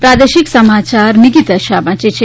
પ્રાદેશિક સમાયાર નિકિતા શાહ વાંચે છે